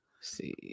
See